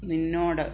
നിന്നോട്